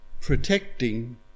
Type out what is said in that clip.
protecting